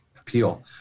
appeal